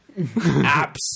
apps